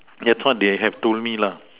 that's what they have told me lah